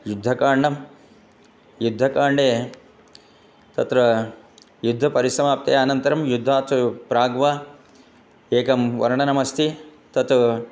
युद्धकाण्डं युद्धकाण्डे तत्र युद्धपरिसमाप्ते अनन्तरं युद्धात् प्राग् एकं वर्णनम् अस्ति तत्